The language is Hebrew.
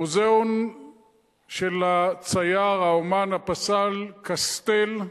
מוזיאון של הצייר, האמן, הפסל קסטל,